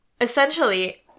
essentially